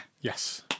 Yes